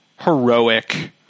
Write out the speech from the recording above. heroic